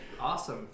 Awesome